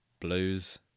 blues